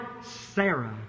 Sarah